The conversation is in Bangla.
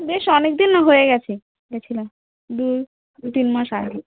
বেশ অনেক দিন হয়ে গেছে গেছিলাম দুই দু তিন মাস আগে